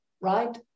right